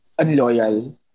unloyal